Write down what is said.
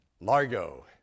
Largo